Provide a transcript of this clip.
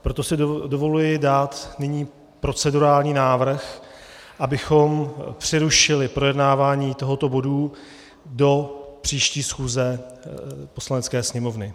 Proto si dovoluji dát nyní procedurální návrh, abychom přerušili projednávání tohoto bodu do příští schůze Poslanecké sněmovny.